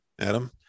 Adam